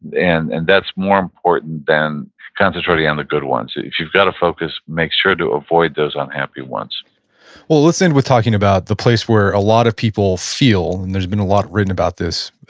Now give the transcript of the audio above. and and that's more important than concentrating on the good ones. if you've got to focus, make sure to avoid those unhappy ones well, let's end with talking about the place where a lot of people feel, and there's been a lot written about this,